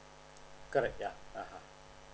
correct yeah (uh huh)